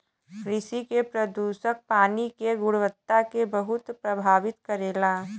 कृषि के प्रदूषक पानी के गुणवत्ता के बहुत प्रभावित करेला